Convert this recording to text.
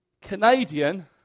Canadian